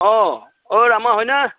অ ঐ ৰাম হয়নে